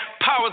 Power